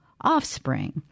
offspring